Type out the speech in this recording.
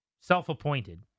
self-appointed